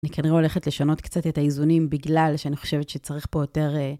אני כנראה הולכת לשנות קצת את האיזונים בגלל שאני חושבת שצריך פה יותר...